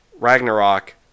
Ragnarok